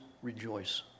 Rejoice